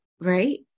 right